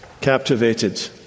captivated